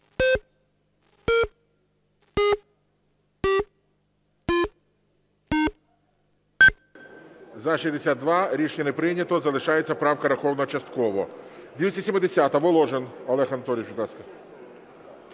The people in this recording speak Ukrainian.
За-48 Рішення не прийнято. Залишається поправка врахованою частково.